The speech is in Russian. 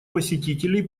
посетителей